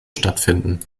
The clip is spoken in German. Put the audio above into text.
stattfinden